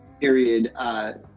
period